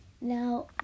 now